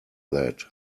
that